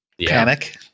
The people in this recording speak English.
Panic